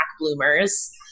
bloomers